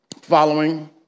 following